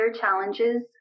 challenges